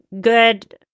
good